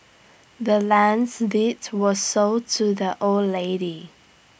the land's deeds was sold to the old lady